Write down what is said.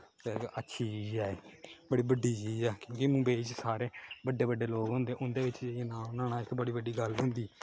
ते इक अच्छी चीज ऐ बड़ी बड्डी चीज ऐ कि के मुंबई च सारे बड्डे बड्डे लोक होंदे उं'दे बिच्च जाइयै नांऽ बनाना इक बड़ी बड्डी गल्ल होंदी